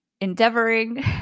endeavoring